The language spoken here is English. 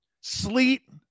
sleet